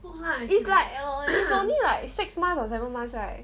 it's like it's only like six month or seven months right